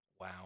Wow